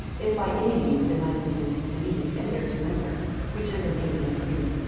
if by any means they might attain to phenice, and there to winter which is an haven of crete,